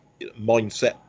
mindset